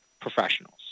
professionals